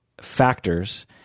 factors